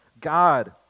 God